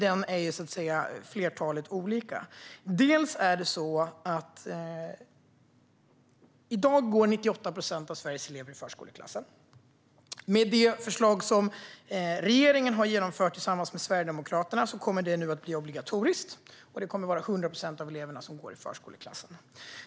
Det finns flera anledningar. I dag går 98 procent av Sveriges elever i förskoleklass. Med det förslag som regeringen har genomfört tillsammans med Sverigedemokraterna kommer förskoleklass att bli obligatoriskt. 100 procent av eleverna kommer att gå i förskoleklass.